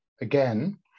again